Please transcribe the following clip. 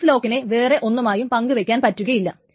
X ലോക്കിനെ വേറെ ഒന്നുമായും പങ്കു വയ്ക്കുവാൻ പറ്റുകയില്ല